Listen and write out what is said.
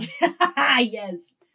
Yes